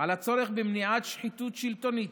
על הצורך במניעת שחיתות שלטונית